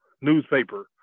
newspaper